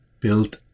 built